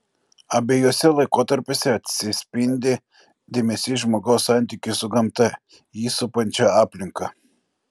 abiejuose laikotarpiuose atsispindi dėmesys žmogaus santykiui su gamta jį supančia aplinka